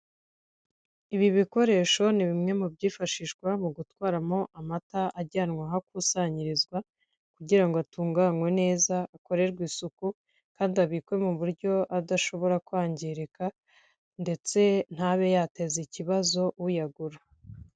Ibi bikoresho ni bimwe mu byifashishwa mu gutwaramo amata ajyanwa ahakusanyirizwa, kugira ngo atunganwe neza akorerwe isuku kandi abikwe mu buryo adashobora kwangirika ndetse ntabe yateza ikibazo uyagura.